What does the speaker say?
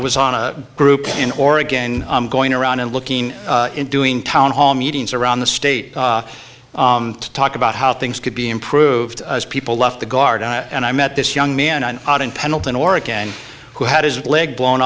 was on a group in oregon going around and looking in doing town hall meetings around the state to talk about how things could be improved as people left the guard and i met this young man on out in pendleton oregon who had his leg blown